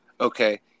Okay